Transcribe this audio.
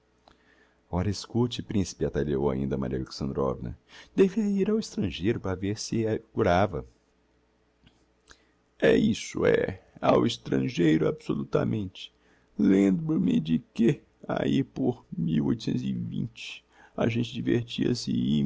ora escute principe atalhou ainda maria alexandrovna devia ir ao estrangeiro para ver se se curava é isso é ao estrangeiro absolutamente lembro-me de que ahi por mim a gente divertia-se